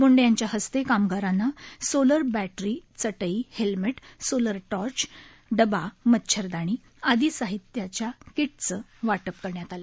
बोंडे यांच्या हस्ते कामगारांना सोलर बप्तरी चटई हेल्मेट सोलर टॉर्च डबा मच्छरदाणी आदी साहित्याच्या कीटचं वाटप करण्यात आलं